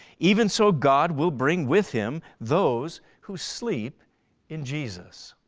even so god will bring with him those who sleep in jesus.